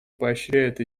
поощряет